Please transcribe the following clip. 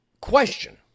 Question